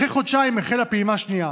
אחרי חודשיים חלה פעימה שנייה.